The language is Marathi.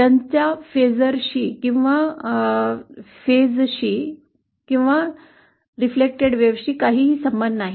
त्यांचा फेसरशी किंवा घटनेच्या फेजशी किंवा परावर्तीत लहरीशी काहीही संबंध नाही